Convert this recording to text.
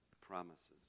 promises